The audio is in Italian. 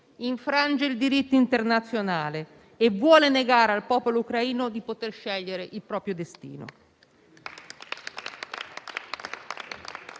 infrange il diritto internazionale e vuole negare al popolo ucraino di poter scegliere il proprio destino.